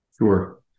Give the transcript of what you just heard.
Sure